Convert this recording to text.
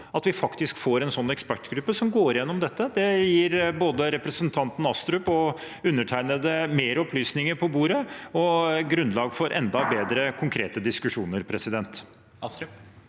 at vi faktisk får en sånn ekspertgruppe som går gjennom dette. Det gir både representanten Astrup og undertegnede mer opplysninger på bordet, og et grunnlag for enda bedre, konkrete diskusjoner. Presidenten